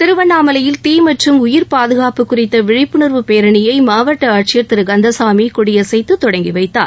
திருவண்ணாமலையில் தீ மற்றும் உயிர் பாதுகாப்பு குறித்த விழிப்புணர்வு பேரணியை மாவட்ட ஆட்சியர் திரு கந்தசாமி கொடியசைத்து தொடங்கிவைத்தார்